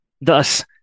Thus